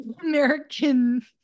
american